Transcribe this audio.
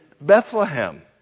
Bethlehem